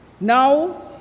Now